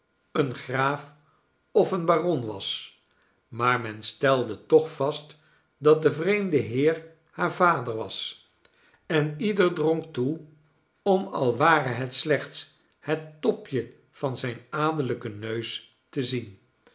een graaf of een baron was maar men stelde toch vast dat de vreemde heer haar vader was en ieder drong toe om al ware het slechts het topje van zijn adellijken neus te zien